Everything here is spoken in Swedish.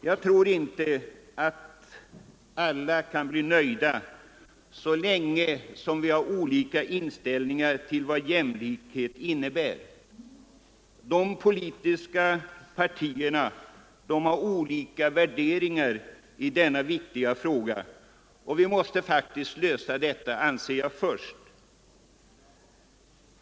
Jag tror inte heller att alla blir nöjda så länge vi har olika uppfattningar rörande innebörden av begreppet jämlikhet. De politiska partierna har olika värderingar i den viktiga frågan. Jag anser dock att vi först måste lösa den frågan.